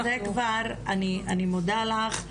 אני מודה לך,